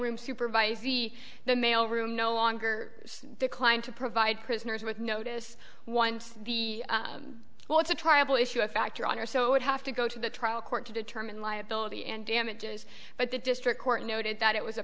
room supervisee the mail room no longer declined to provide prisoners with notice once the well it's a triable issue of fact your honor so it would have to go to the trial court to determine liability and damages but the district court noted that it was a